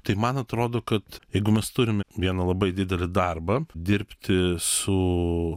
tai man atrodo kad jeigu mes turime vieną labai didelį darbą dirbti su